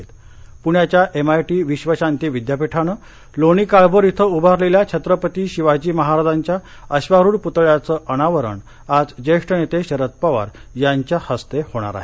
पूण्याच्या M I T विश्व शांती विद्यापीठानं लोणी काळभोर इथं उभारलेल्या छत्रपती शिवाजी महाराजांच्या अश्वारूढ पुतळ्याचं अनावरण आज ज्येष्ठ नेते शरद पवार यांच्या हस्ते होणार आहे